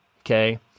Okay